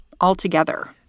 altogether